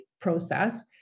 process